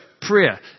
prayer